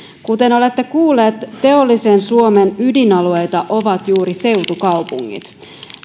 kuten olette kuulleet teollisen suomen ydinalueita ovat juuri seutukaupungit